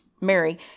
Mary